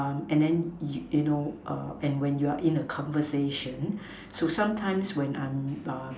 um and then you you know err and when you're in a conversation so sometimes when I'm err